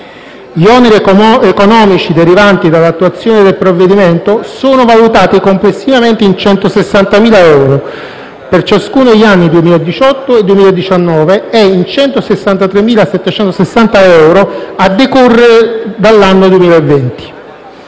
oneri economici derivanti dall'attuazione del provvedimento sono valutati complessivamente in 160.000 euro per ciascuno degli anni 2018 e 2019, e in 163.760 euro a decorrere dall'anno 2020.